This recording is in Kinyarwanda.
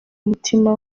umutima